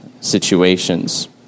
situations